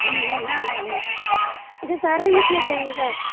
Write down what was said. हाँ हैं हैं अच्छा सारा ही नथिया चाहिए क्या